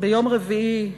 ביום רביעי,